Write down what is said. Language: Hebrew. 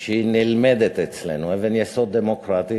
והיא נלמדת אצלנו, אבן יסוד דמוקרטית.